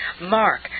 mark